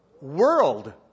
world